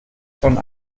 schon